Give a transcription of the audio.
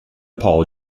paul